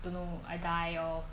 you know I die or